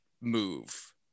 move